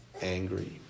angry